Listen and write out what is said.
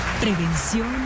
Prevención